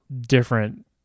different